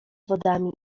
wodami